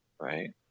right